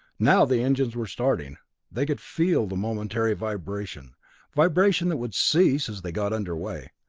now the engines were starting they could feel the momentary vibration vibration that would cease as they got under way.